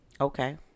Okay